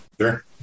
Sure